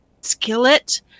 skillet